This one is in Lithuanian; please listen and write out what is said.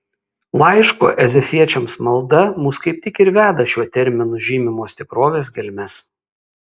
laiško efeziečiams malda mus kaip tik ir veda į šiuo terminu žymimos tikrovės gelmes